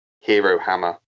hero-hammer